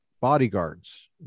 bodyguards